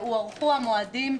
אני מתכבד לפתוח את ישיבת ועדת הכנסת,